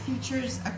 features